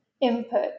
input